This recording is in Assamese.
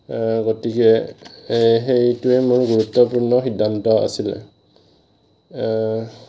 গতিকে সেইটোৱে মোৰ গুৰুত্বপূৰ্ণ সিদ্ধান্ত আছিলে